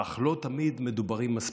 אך לא תמיד מדוברים מספיק.